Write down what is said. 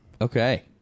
okay